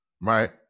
right